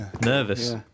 nervous